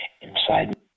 inside